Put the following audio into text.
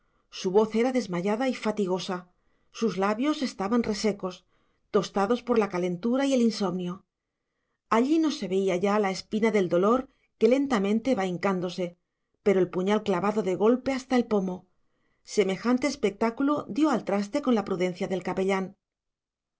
su voz era desmayada y fatigosa sus labios estaban resecos tostados por la calentura y el insomnio allí no se veía ya la espina del dolor que lentamente va hincándose pero el puñal clavado de golpe hasta el pomo semejante espectáculo dio al traste con la prudencia del capellán